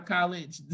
College